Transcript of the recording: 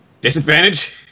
Disadvantage